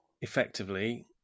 effectively